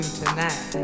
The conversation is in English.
tonight